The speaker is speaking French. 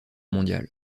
mondiale